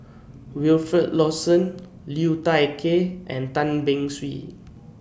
Wilfed Lawson Liu Thai Ker and Tan Beng Swee